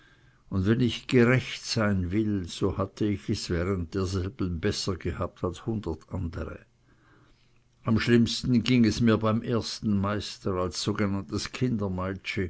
und wenn ich gerecht sein will so hatte ich es während derselben besser gehabt als hundert andere am schlimmsten ging es mir beim ersten meister als sogenanntes